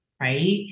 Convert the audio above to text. right